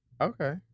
Okay